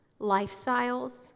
lifestyles